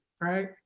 right